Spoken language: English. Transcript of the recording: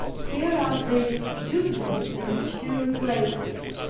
cleared up the dubious and obscure places.